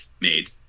made